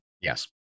Yes